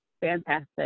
fantastic